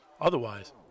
Otherwise